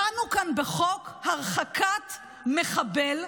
דנו כאן בחוק הרחקת מחבל,